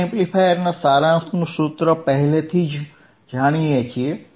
આપણે એમ્પ્લીફાયર્સના સારાંશનું સૂત્ર પહેલેથી જ જાણીએ છીએ